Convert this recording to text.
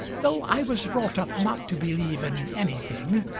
though i was brought up not to believe in anything,